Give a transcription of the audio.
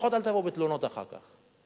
לפחות אל תבואו בתלונות אחר כך.